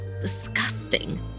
disgusting